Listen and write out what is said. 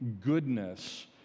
goodness